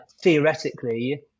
theoretically